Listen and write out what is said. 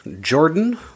Jordan